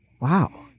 Wow